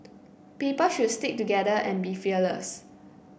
people should stick together and be fearless